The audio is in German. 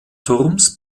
turms